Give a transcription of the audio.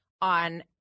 on